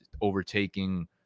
overtaking